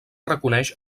reconeix